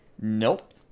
Nope